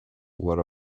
what